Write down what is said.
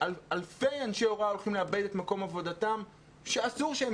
אלפי אנשי הוראה הולכים לאבד את מקום עבודתם ואסור שהם